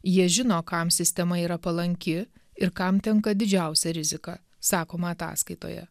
jie žino kam sistema yra palanki ir kam tenka didžiausia rizika sakoma ataskaitoje